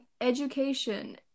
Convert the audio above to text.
education